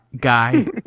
guy